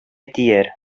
тияр